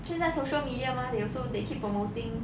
现在 social media mah they also they keep promoting